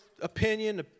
opinion